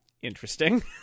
interesting